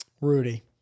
Rudy